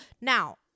Now